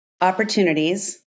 opportunities